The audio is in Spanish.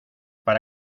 para